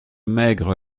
maigre